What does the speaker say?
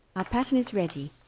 our pattern is ready